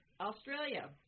Australia